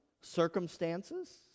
circumstances